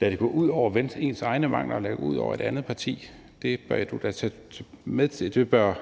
at lade sine egne mangler gå ud over et andet parti. Det bør